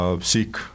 Seek